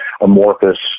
amorphous